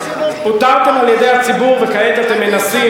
פוטרתם על-ידי הציבור וכעת אתם מנסים,